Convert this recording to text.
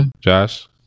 Josh